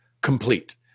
Complete